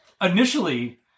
initially